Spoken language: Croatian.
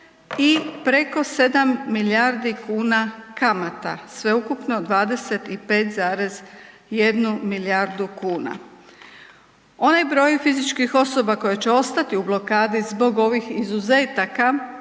i preko 7 milijardi kuna kamata. Sveukupno 25,1 milijardu kuna. Onaj broj fizičkih osoba koje će ostati u blokadi zbog ovih izuzetaka